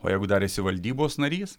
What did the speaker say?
o jeigu dar esi valdybos narys